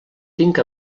tinc